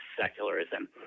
secularism